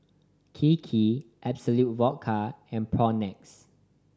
Kiki Absolut Vodka and Propnex